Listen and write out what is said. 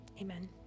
Amen